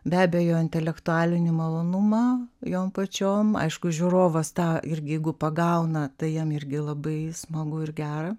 be abejo intelektualinį malonumą jom pačiom aišku žiūrovas tą irgi jeigu pagauna tai jam irgi labai smagu ir gera